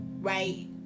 right